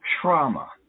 trauma